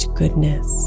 goodness